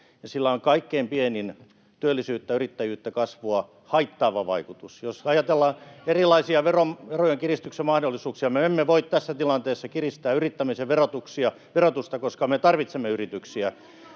sillä on kaikkein pienin työllisyyttä, yrittäjyyttä ja kasvua haittaava vaikutus. Jos ajatellaan erilaisia verojen kiristyksen mahdollisuuksia, me emme voi tässä tilanteessa kiristää yrittämisen verotusta, koska me tarvitsemme yrityksiä.